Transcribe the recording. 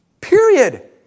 Period